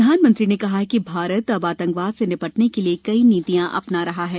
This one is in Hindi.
प्रधानमंत्री ने कहा कि भारत अब आतंकवाद से निपटने के लिए नई नीतियां अपना रहा है